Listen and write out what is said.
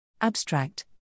Abstract